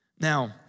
Now